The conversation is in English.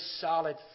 solid